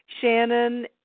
Shannon